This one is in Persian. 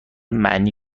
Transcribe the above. معنی